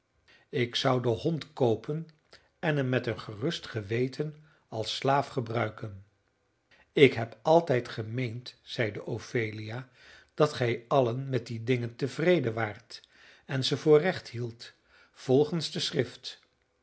ik zou den hond koopen en hem met een gerust geweten als slaaf gebruiken ik heb altijd gemeend zeide ophelia dat gij allen met die dingen tevreden waart en ze voor recht hieldt volgens de schrift